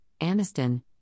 Aniston